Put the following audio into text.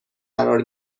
قرار